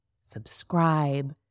Subscribe